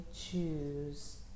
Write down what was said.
choose